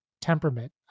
temperament